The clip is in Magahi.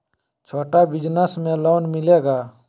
छोटा बिजनस में लोन मिलेगा?